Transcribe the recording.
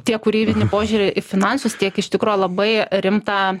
tiek kūrybinį požiūrį į finansus tiek iš tikro labai rimtą